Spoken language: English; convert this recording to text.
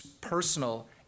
personal